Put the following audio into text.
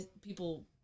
people